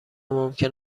ممکن